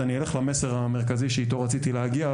למסר המרכזי שאיתו רציתי להגיע,